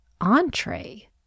entree